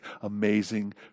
amazing